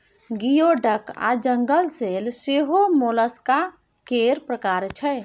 गियो डक आ जंगल सेल सेहो मोलस्का केर प्रकार छै